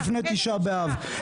ממש לפני תשעה באב.